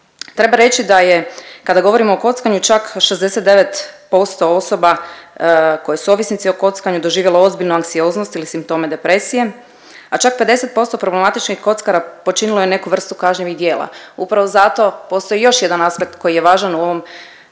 Treba reći da je, kada govorimo o kockanju čak 69% osoba koji su ovisnici o kockanju doživjelo ozbiljnu anksioznost ili simptome depresije, a čak 50% problematičnih kockara počinilo je neku vrstu kažnjivih djela. Upravo zato postoji još jedan aspekt koji je važan u ovom,